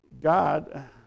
God